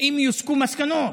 האם יוסקו מסקנות?